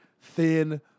thin